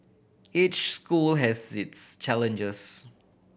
each school has its challenges